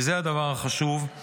וזה הדבר החשוב,